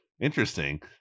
interesting